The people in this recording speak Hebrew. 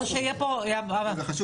לא, שיהיה פה --- זה חשוב.